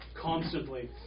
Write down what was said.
constantly